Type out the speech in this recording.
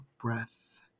breath